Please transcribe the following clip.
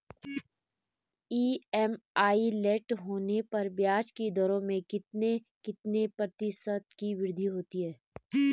EMI late होने पर ब्याज की दरों में कितने कितने प्रतिशत की वृद्धि होती है?